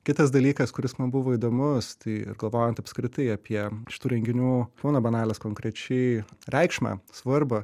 kitas dalykas kuris man buvo įdomus tai galvojant apskritai apie iš tų renginių foną bienalės konkrečiai reikšmę svarbą